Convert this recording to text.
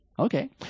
okay